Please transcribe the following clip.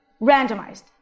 randomized